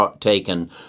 taken